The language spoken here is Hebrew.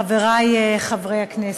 חברי חברי הכנסת,